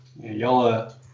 Y'all